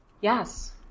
Yes